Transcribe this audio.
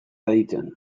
aditzen